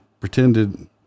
Pretended